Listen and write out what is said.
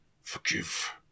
forgive